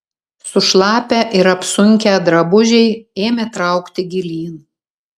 sušlapę ir apsunkę drabužiai ėmė traukti gilyn